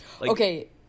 Okay